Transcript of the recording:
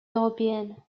européenne